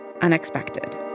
unexpected